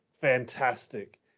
fantastic